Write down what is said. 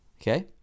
Okay